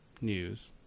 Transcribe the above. News